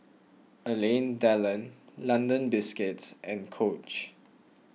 Alain Delon London Biscuits and Coach